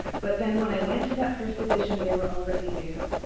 but then when i went to that first edition, they were already there.